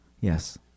Yes